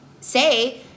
say